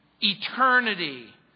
eternity